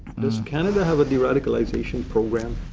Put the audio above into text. does canada have a de-radicalization program?